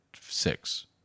six